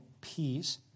peace